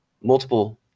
Multiple